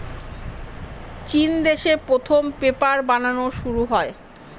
চিন দেশে প্রথম পেপার বানানো শুরু হয়